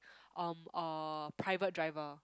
um a private driver